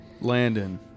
Landon